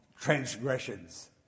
transgressions